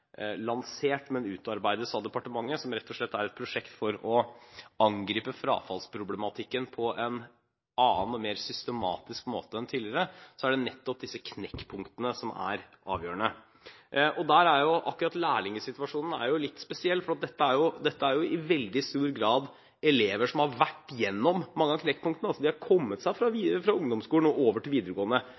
et prosjekt for å angripe frafallsproblematikken på en annen og mer systematisk måte enn tidligere – er det nettopp disse knekkpunktene som er avgjørende. Der er jo nettopp lærlingsituasjonen litt spesiell, for dette er i veldig stor grad elever som har vært gjennom mange av knekkpunktene. De har kommet seg fra ungdomsskolen og over til videregående